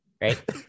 right